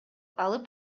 алып